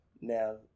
Now